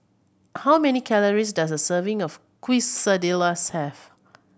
how many calories does a serving of Quesadillas have